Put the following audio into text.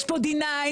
יש פה די-9,